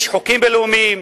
יש חוקים בין-לאומיים,